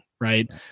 right